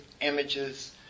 images